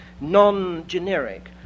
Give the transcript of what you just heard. non-generic